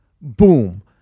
Boom